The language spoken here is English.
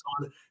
on